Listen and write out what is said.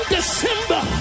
December